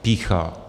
Pýcha!